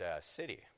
city